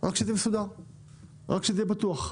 אבל שזה יהיה מסודר ושיהיה בטוח.